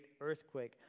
earthquake